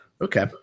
Okay